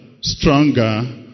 stronger